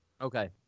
Okay